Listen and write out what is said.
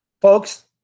Folks